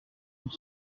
pour